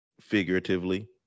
figuratively